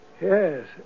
Yes